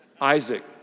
Isaac